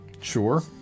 Sure